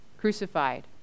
crucified